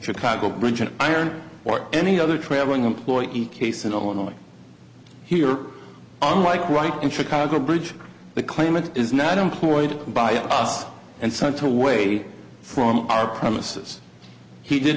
chicago bridge and iron or any other traveling employee case in illinois here unlike right in chicago bridge the claimant is not employed by us and sent to way from our premises he did